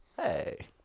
Hey